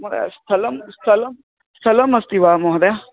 महोदय स्थलं स्थलं स्थलमस्ति वा महोदय